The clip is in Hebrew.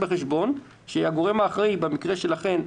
הגורם האחראי ובמקרה שלכם,